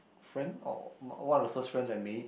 friend or one of the first friends I made